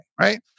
right